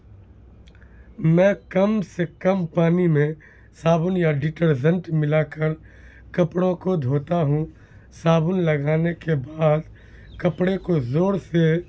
میں کم سے کم پانی میں صابن یا ڈیٹرزنٹ ملا کر کپڑوں کو دھوتا ہوں صابن لگانے کے بعد کپڑے کو زور سے